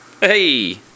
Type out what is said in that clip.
Hey